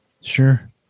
Sure